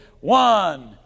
One